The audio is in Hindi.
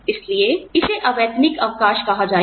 इसलिए इसे अवैतनिक अवकाश कहा जाएगा